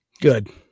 Good